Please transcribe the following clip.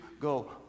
go